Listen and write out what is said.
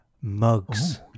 mugs